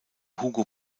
hugo